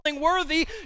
worthy